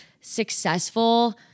successful